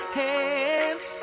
hands